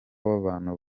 w’abantu